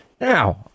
Now